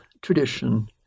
tradition